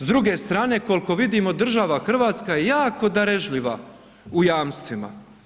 S druge strane, koliko vidimo, država Hrvatska je jako darežljiva u jamstvima.